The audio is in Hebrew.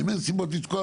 אם אין סיבות לתקוע,